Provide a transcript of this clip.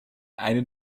eine